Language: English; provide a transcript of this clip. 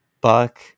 buck